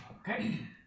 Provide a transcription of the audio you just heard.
Okay